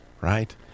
right